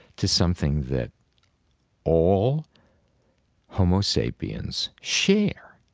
to something that all homo sapiens share.